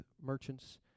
merchants